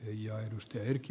arvoisa puhemies